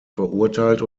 verurteilt